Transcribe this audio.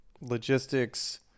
logistics